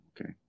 Okay